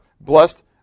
blessed